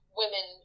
women